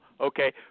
okay